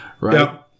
right